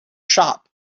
shop